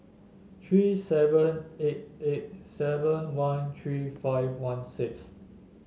three seven eight eight seven one three five one six